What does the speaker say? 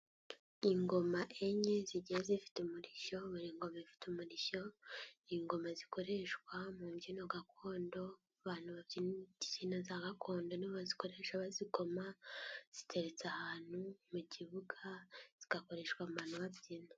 Ingoma enye zigiye zifite umurishyo buri ngoma ifite umurishyo, ingoma zikoreshwa mu mbyino gakondo abantu babyina imbyino za gakondo nibo bazikoresha bazikoma, ziteretse ahantu mu kibuga zigakoreshwa abantu babyina.